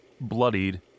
bloodied